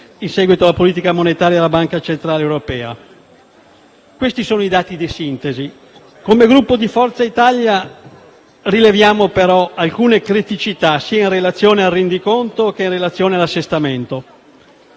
effetto della politica monetaria della Banca centrale europea. Questi sono i dati di sintesi. Come Gruppo Forza Italia rileviamo, però, alcune criticità, sia in relazione al rendiconto, sia in relazione all'assestamento.